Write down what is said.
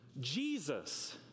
Jesus